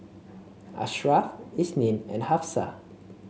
Ashraff Isnin and Hafsa